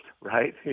right